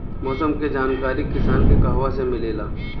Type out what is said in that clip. मौसम के जानकारी किसान के कहवा से मिलेला?